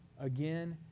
again